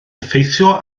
effeithio